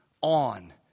on